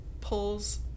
pulls